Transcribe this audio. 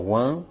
one